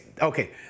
okay